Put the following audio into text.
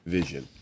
Vision